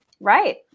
Right